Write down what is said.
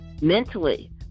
mentally